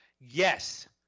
yes